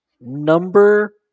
number